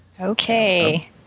Okay